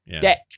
deck